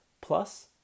plus